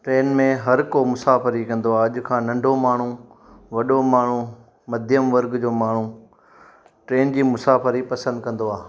train में हर को मुसाफ़िरी कंदो आहे अॼु खां नंढो माण्हू वॾो माण्हू मध्यमवर्ग जो माण्हू ट्रेन जी मुसाफ़िरी पसंदि कंदो आहे